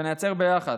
ונייצר ביחד,